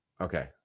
Okay